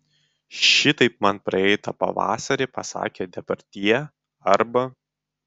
šitaip man praeitą pavasarį pasakė depardjė arba